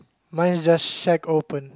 my is just shag open